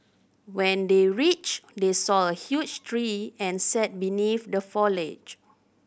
when they reached they saw a huge tree and sat beneath the foliage